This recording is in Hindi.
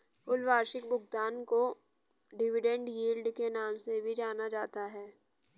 कुल वार्षिक भुगतान को डिविडेन्ड यील्ड के नाम से भी जाना जाता है